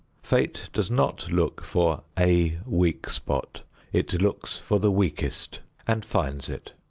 fate does not look for a weak spot it looks for the weakest and finds it.